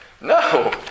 No